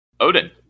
Odin